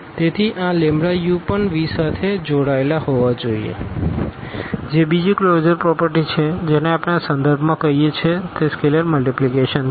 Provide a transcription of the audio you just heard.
તેથી આ u પણ V સાથે જોડાયેલા હોવા જોઈએ જે બીજી ક્લોઝર પ્રોપર્ટી છે જેને આપણે આ સંદર્ભમાં કહીએ છીએ તે સ્કેલેર મલ્ટીપ્લીકેશન છે